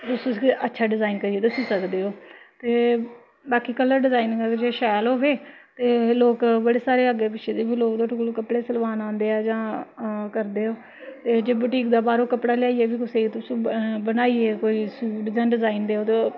तुस उसी अच्छा डिजाईन करियै दस्सी सकदे ओ ते बाकी कलर डिजाईन जे शैल होए ते लोक बड़े सारे अग्गें पिच्छें दे बी लोक तोआड़े कोला कपड़े सिलवान आंदे ऐ जां करदे ओह् ते जे बूटीक दे बाह्रों कपड़ा लेइआयै बी तुस बनाइयै कोई सूट जां डिजाईन देओ ते ओह्